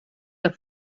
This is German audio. ihr